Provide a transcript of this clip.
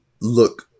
Look